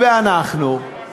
ואנחנו,